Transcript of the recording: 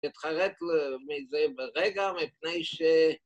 תתחרט מזה ברגע, מפני ש...